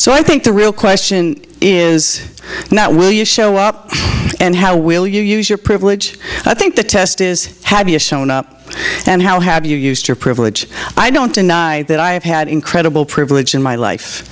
so i think the real question is now will you show up and how will you use your privilege i think the test is having a showing up and how have you used your privilege i don't deny that i have had incredible privilege in my life